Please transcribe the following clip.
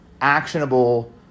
actionable